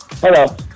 Hello